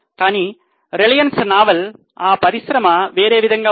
కానీ Reliance Naval ఆ పరిశ్రమ వేరే విధంగా ఉంది